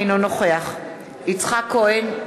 אינו נוכח יצחק כהן,